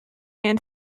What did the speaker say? and